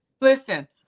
Listen